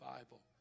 Bible